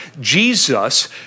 Jesus